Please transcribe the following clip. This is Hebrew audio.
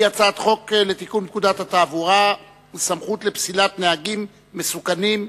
הצעת חוק לתיקון פקודת התעבורה (סמכות לפסילת נהגים מסוכנים),